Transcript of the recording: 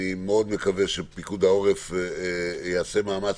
אני מאוד מקווה שפיקוד העורף יעשה מאמץ